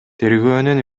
тергөөнүн